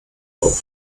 auf